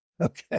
Okay